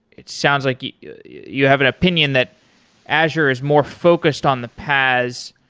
it sounds like you you have an opinion that azure is more focused on the paas.